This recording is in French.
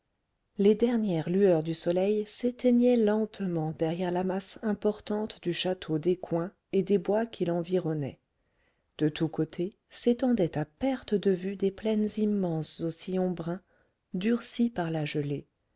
les dernières lueurs du soleil s'éteignaient lentement derrière la masse importante du château d'écouen et des bois qui l'environnaient de tous côtés s'étendaient à perte de vue des plaines immenses aux sillons bruns durcis par la gelée